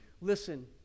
listen